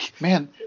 man